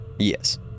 yes